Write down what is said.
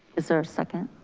is there a second?